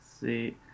See